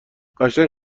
قشنگ